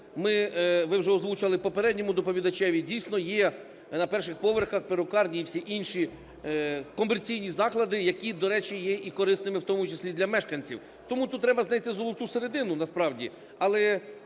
Ви вже озвучили попередньому доповідачеві, дійсно, є на перших поверхах перукарні і всі інші комерційні заклади, які, до речі, є і корисними, в тому числі для мешканців, тому тут треба знайти золоту середину насправді.